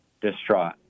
distraught